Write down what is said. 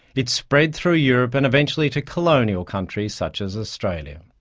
it spread through europe and eventually to colonial countries such as australia.